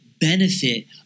benefit